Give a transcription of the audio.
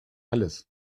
alles